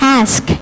ask